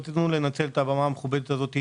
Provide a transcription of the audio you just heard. רצינו לנצל את הבמה המכובדת הזאת,